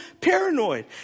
paranoid